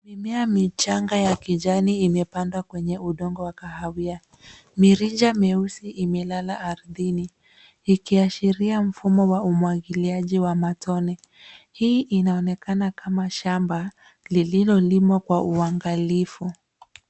Mimea michanga ya kijani imepandwa kwenye udongo wa kahawia, mirija myeusi imelala ardhini ikiashiria mfumo wa umwagiliaji wa matone, hii inaonekana kama shamba lililolimwa kwa uangalifu.